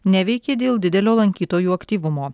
neveikė dėl didelio lankytojų aktyvumo